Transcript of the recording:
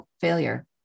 failure